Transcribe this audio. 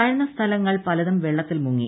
താഴ്ന്ന സ്ഥലങ്ങൾ പലതും വെള്ളത്തിൽ മുങ്ങി